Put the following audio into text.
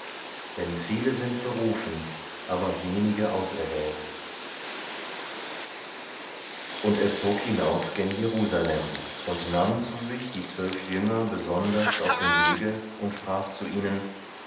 denn viele sind berufen aber wenige auserwählt und er zog hinauf gen jerusalem und nahm zu sich die zwölf jünger besonders auf dem wege und sprach zu ihnen